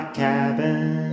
cabin